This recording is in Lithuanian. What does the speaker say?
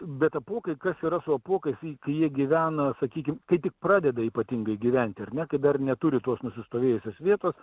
bet apuokai kas yra su apuokais kai jie gyvena sakykim kai tik pradeda ypatingai gyventi ar ne kai dar neturi tos nusistovėjusios vietos